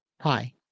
Hi